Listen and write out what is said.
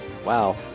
Wow